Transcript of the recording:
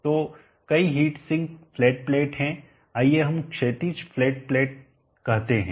तो कई heat sink flat plate हैं आइए हम क्षैतिज फ्लैट प्लेट कहते हैं